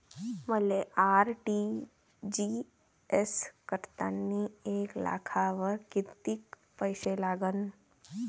मले आर.टी.जी.एस करतांनी एक लाखावर कितीक पैसे लागन?